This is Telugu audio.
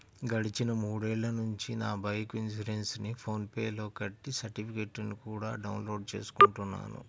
గడిచిన మూడేళ్ళ నుంచి నా బైకు ఇన్సురెన్సుని ఫోన్ పే లో కట్టి సర్టిఫికెట్టుని కూడా డౌన్ లోడు చేసుకుంటున్నాను